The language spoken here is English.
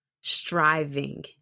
striving